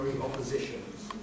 oppositions